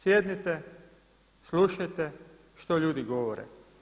Sjednite, slušajte što ljudi govore.